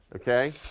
okay?